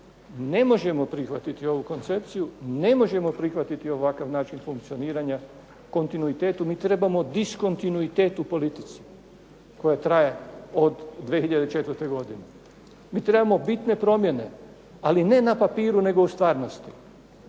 ne možemo prihvatiti ovu koncepciju, ne možemo prihvatiti ovakav način funkcioniranja, kontinuitetu mi trebamo diskontinuitet u politici koja traje od 2004. godine. Mi trebamo bitne promjene, ali ne na papiru nego u stvarnosti.